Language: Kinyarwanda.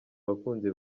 abakunzi